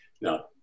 Now